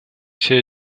все